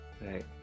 right